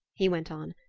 he went on,